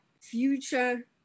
future